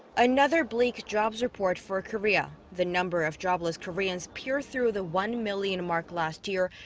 another bleak jobs report for korea. the number of jobless koreans pierced through the one million mark last year.